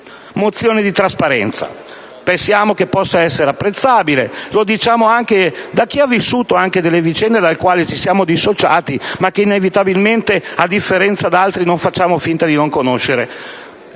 mozione di trasparenza. Pensiamo che possa essere apprezzabile, lo diciamo anche avendo vissuto vicende dalle quali ci siamo dissociati, ma che - a differenza di altri - non facciamo finta di non conoscere.